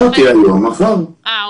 היום מחר.